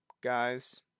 guys